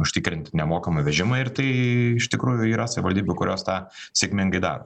užtikrint nemokamą vežimą ir tai iš tikrųjų yra savivaldybių kurios tą sėkmingai daro